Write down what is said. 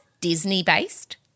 Disney-based